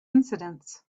incidents